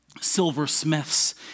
silversmiths